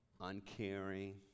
uncaring